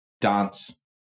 dance